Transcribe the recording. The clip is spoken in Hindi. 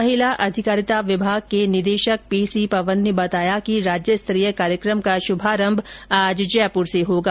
महिला अधिकारिता विभाग के निदेशक पी सी पवन ने बताया कि राज्य स्तरीय कार्यक्रम का शुभारंभ आज जयपुर से होगा